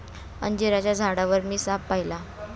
अंजिराच्या झाडावर मी साप पाहिला